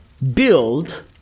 Build